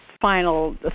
final